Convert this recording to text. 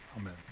Amen